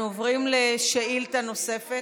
אנחנו עוברים לשאילתה נוספת,